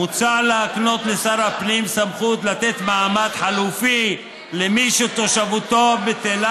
מוצע להקנות לשר הפנים סמכות לתת "מעמד חלופי למי שתושבותו בטלה"